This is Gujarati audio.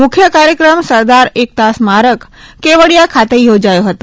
મુખ્ય કાર્યક્રમ સરદાર એકતા સ્મારક કેવડીયા ખાતે યોજાયો હતો